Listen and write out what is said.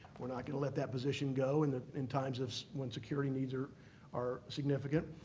we're not going to let that position go in ah in times of when security needs are are significant.